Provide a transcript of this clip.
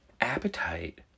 appetite